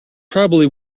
probably